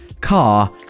car